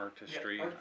Artistry